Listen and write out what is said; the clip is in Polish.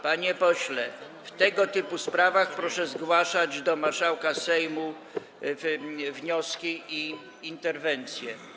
Panie pośle, w tego typu sprawach proszę zgłaszać do marszałka Sejmu wnioski i interwencje.